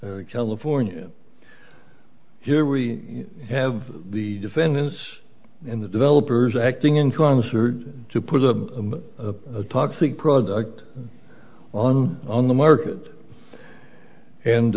california here we have the defendants in the developers acting in concert to put a toxic product on on the market and